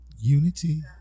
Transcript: unity